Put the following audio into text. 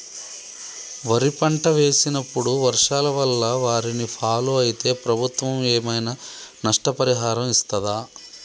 వరి పంట వేసినప్పుడు వర్షాల వల్ల వారిని ఫాలో అయితే ప్రభుత్వం ఏమైనా నష్టపరిహారం ఇస్తదా?